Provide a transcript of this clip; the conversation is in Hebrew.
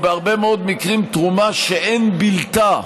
בהרבה מאוד מקרים זו תרומה שאין בלתה